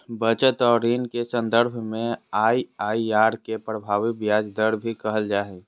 बचत और ऋण के सन्दर्भ में आइ.आइ.आर के प्रभावी ब्याज दर भी कहल जा हइ